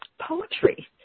poetry